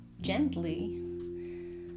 gently